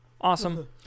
Awesome